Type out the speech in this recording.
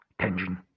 tension